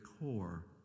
core